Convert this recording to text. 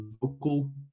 vocal